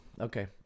Okay